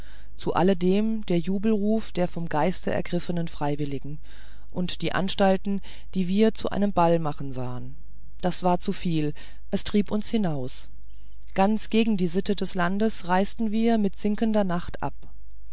zu alledem der jubelruf der vom geiste ergriffenen freiwilligen und die anstalten die wir zu einem ball machen sahen das war zu viel es trieb uns hinaus ganz gegen die sitte des landes reisten wir mit sinkender nacht ab